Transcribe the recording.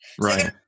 Right